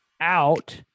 out